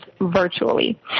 virtually